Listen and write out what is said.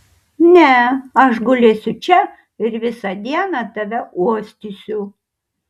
ne aš gulėsiu čia ir visą dieną tave uostysiu